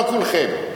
לא כולכם.